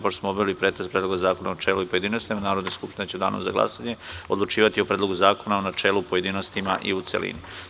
Pošto smo obavili pretres Predloga zakona u načelu i u pojedinostima, Narodna skupština će u danu za glasanje odlučivati o Predlogu zakona u načelu, pojedinostima i u celini.